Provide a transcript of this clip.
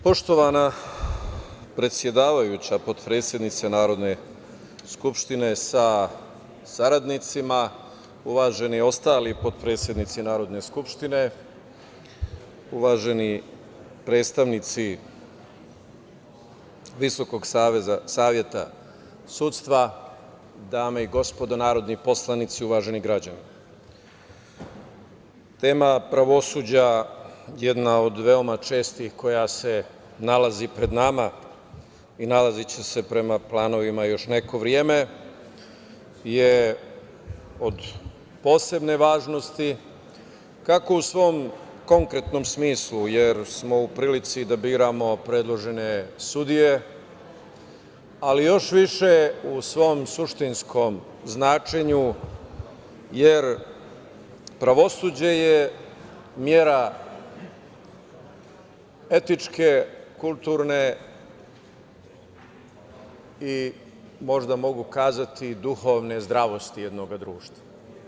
Poštovana predsedavajuća, potpredsednice Narodne skupštine sa saradnicima, uvaženi ostali potpredsednici Narodne skupštine, uvaženi predstavnici Visokog saveta sudstva, dame i gospodo narodni poslanici, uvaženi građani, tema pravosuđa, jedna od veoma čestih koja se nalazi pred nama i nalaziće se prema planovima još neko vreme, je od posebne važnosti kako u svom konkretnom smislu, jer smo u prilici da biramo predložene sudije, ali još više u svom suštinskom značenju, jer pravosuđe je mera etičke, kulturne i možda mogu kazati duhovne zdravosti jednog društva.